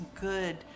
good